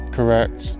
Correct